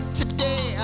today